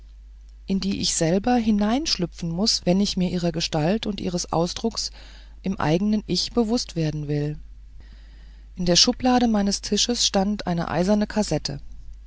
in die ich selber hineinschlüpfen muß wenn ich mir ihrer gestalt und ihres ausdrucks im eigenen ich bewußt werden will in der schublade meines tisches stand eine eiserne kassette